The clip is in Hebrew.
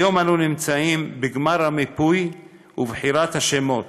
כיום אנו נמצאים בגמר המיפוי ובחירת השמות,